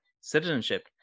citizenship